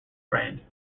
brand